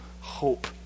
hope